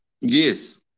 Yes